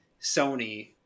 sony